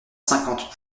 cinquante